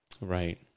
Right